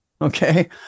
okay